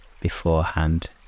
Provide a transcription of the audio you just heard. beforehand